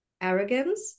arrogance